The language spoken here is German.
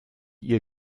ihr